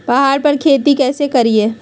पहाड़ पर खेती कैसे करीये?